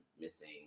missing